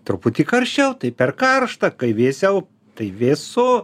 truputį karščiau tai per karšta kai vėsiau tai vėsu